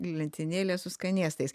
lentynėlė su skanėstais